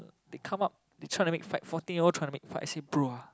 they come up they trying to make fight fourteen year old trying to make fight I say bro ah